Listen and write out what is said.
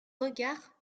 regard